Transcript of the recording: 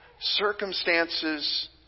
circumstances